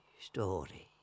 story